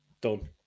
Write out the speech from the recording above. done